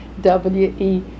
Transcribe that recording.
W-E